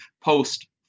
post